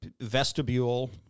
vestibule